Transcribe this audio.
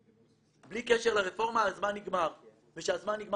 בלי קשר לרפורמה הזמן נגמר וכשהזמן נגמר